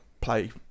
play